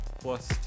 plus